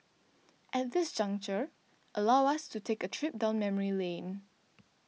at this juncture allow us to take a trip down memory lane